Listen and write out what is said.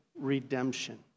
redemption